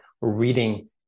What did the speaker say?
reading